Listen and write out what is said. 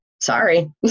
Sorry